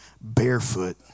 barefoot